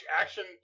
Action